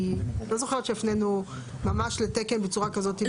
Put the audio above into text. כי לא זוכרת שהפנינו ממש לתקן בצורה כזאת בחוק.